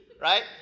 right